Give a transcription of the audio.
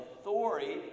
authority